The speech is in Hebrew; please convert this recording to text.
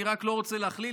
אני רק לא רוצה להכליל,